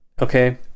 Okay